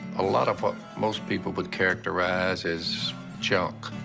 a lot of what most people would characterize as junk.